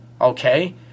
okay